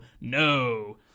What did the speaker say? No